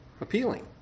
appealing